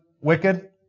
wicked